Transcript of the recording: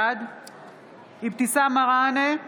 בעד אבתיסאם מראענה,